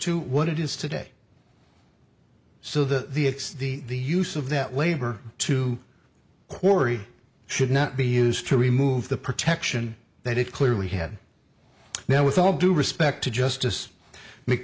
to what it is today so that the it's the use of that labor to quarry should not be used to remove the protection that it clearly had now with all due respect to justice